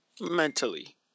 mentally